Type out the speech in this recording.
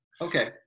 Okay